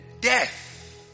death